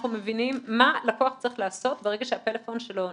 אנחנו מבינים מה הלקוח צריך לעשות ברגע שהפלאפון שלו נגנב.